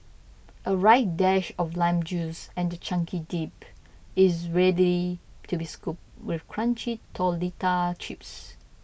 a right dash of lime juice and your chunky dip is ready to be scooped with crunchy tortilla chips